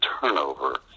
turnover